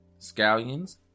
scallions